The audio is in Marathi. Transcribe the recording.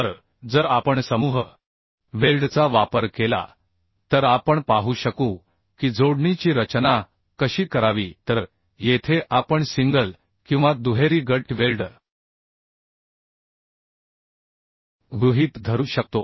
तर जर आपण समूह वेल्डचा वापर केला तर आपण पाहू शकू की जोडणीची रचना कशी करावी तर येथे आपण सिंगल किंवा दुहेरी गट वेल्ड गृहीत धरू शकतो